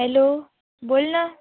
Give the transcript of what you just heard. hello बोल ना